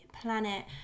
planet